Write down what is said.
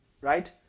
Right